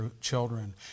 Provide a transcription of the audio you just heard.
children